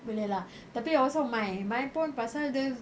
boleh lah tapi also mai mai pun pasal dia